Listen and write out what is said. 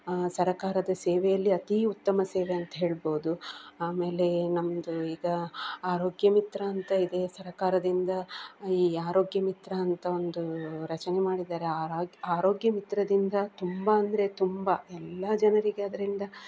ಸರಕಾರದ ಸೇವೆಯಲ್ಲಿ ಅತೀ ಉತ್ತಮ ಸೇವೆ ಅಂತ ಹೇಳ್ಬೋದು ಆಮೇಲೆ ನಮ್ಮದು ಈಗ ಆರೋಗ್ಯ ಮಿತ್ರ ಅಂತ ಇದೆ ಸರಕಾರದಿಂದ ಈ ಆರೋಗ್ಯ ಮಿತ್ರ ಅಂತ ಒಂದು ರಚನೆ ಮಾಡಿದ್ದಾರೆ ಆರೋಗ್ಯ ಮಿತ್ರದಿಂದ ತುಂಬ ಅಂದರೆ ತುಂಬ ಎಲ್ಲ ಜನರಿಗೆ ಅದರಿಂದ